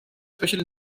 special